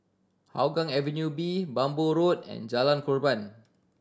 Hougang Avenue B Bhamo Road and Jalan Korban